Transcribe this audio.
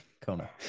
Kona